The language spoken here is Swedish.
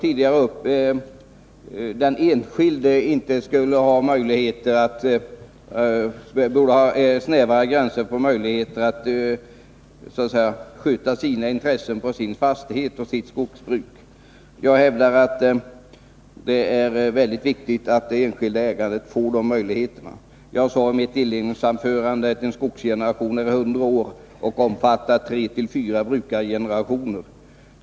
Tidigare tog John Andersson upp att den enskilde borde ha snävare gränser för möjligheterna att sköta sina intressen på sin fastighet och sitt skogsbruk. Jag hävdar att det är mycket viktigt att den enskilde ägaren får dessa möjligheter. Jag sade i mitt inledningsanförande att en skogsgeneration är 100 år och omfattar 34 brukargenerationer.